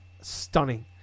stunning